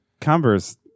Converse